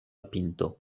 pinto